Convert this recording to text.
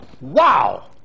Wow